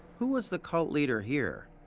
who was the cult leader here?